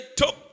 talk